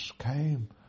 came